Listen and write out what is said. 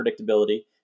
predictability